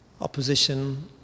opposition